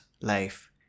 life